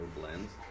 blends